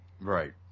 Right